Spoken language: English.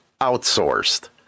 outsourced